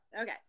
Okay